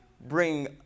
bring